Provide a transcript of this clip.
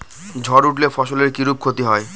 ঝড় উঠলে ফসলের কিরূপ ক্ষতি হয়?